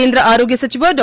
ಕೇಂದ್ರ ಆರೋಗ್ಯ ಸಚಿವ ಡಾ